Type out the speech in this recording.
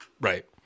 Right